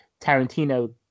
Tarantino